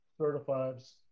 certifies